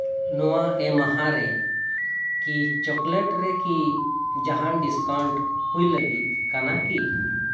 ᱱᱚᱣᱟ ᱮᱢᱟᱦᱟ ᱨᱮ ᱠᱤ ᱪᱚᱠᱞᱮᱴ ᱨᱮ ᱠᱤ ᱡᱟᱦᱟᱱ ᱰᱤᱥᱠᱟᱣᱩᱱᱴ ᱦᱩᱭ ᱞᱟᱹᱜᱤᱫ ᱠᱟᱱᱟ ᱠᱤ